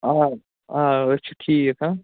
آ آ أسۍ چھِ ٹھیٖک